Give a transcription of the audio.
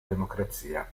democrazia